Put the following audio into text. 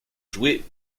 jouait